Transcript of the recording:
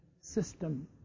system